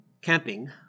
camping